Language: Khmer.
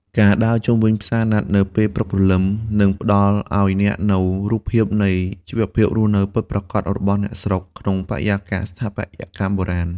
ការដើរជុំវិញផ្សារណាត់នៅពេលព្រលឹម នឹងផ្តល់ឱ្យអ្នកនូវរូបភាពនៃជីវភាពរស់នៅពិតប្រាកដរបស់អ្នកស្រុក ក្នុងបរិយាកាសស្ថាបត្យកម្មបុរាណ។